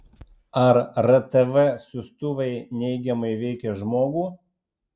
ar rtv siųstuvai neigiamai veikia žmogų